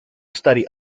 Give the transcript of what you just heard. study